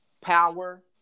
power